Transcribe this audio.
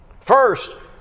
First